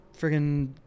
friggin